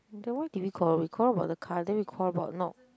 then why did we quarrel we quarrelled about the car then we quarrelled about not